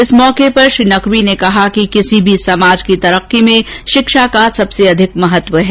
इस मौके पर श्री नकवी ने कहा कि किसी भी समाज की तरक्की में शिक्षा का सर्वाधिक महत्व है